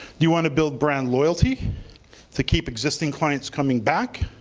you want to build brand loyalty to keep existing clients coming back